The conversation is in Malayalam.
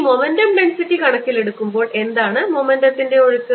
ഈ മൊമെൻ്റം ഡെൻസിറ്റി കണക്കിലെടുക്കുമ്പോൾ എന്താണ് മൊമെൻ്റത്തിൻറെ ഒഴുക്ക്